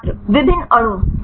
छात्र विभिन्न अणु